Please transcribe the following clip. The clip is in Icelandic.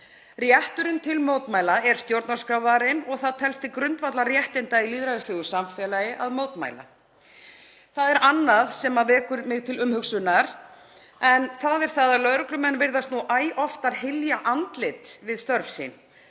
Rétturinn til mótmæla er stjórnarskrárvarinn og það telst til grundvallarréttinda í lýðræðislegu samfélagi að mótmæla. Það er annað sem vekur mig til umhugsunar en það er það að lögreglumenn virðast nú æ oftar hylja andlit við störf sín.